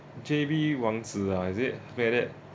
J_B wang zhi ah is it something like that